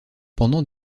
pendant